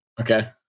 Okay